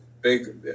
big